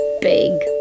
big